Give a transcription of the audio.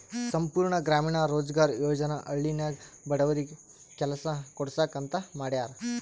ಸಂಪೂರ್ಣ ಗ್ರಾಮೀಣ ರೋಜ್ಗಾರ್ ಯೋಜನಾ ಹಳ್ಳಿನಾಗ ಬಡವರಿಗಿ ಕೆಲಸಾ ಕೊಡ್ಸಾಕ್ ಅಂತ ಮಾಡ್ಯಾರ್